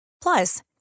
Plus